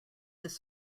this